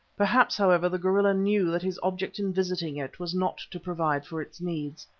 perhaps, however, the gorilla knew that his object in visiting it was not to provide for its needs.